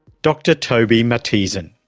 dr toby matthiesen,